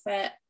fit